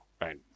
right